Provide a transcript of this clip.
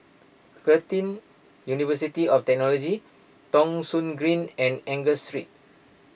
Curtin University of Technology Thong Soon Green and Angus Street